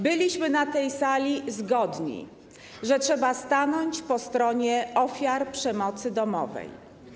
Byliśmy na tej sali zgodni, że trzeba stanąć po stronie ofiar przemocy domowej.